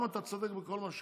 גם אם אתה צודק בכל מה שאמרת,